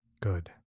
Good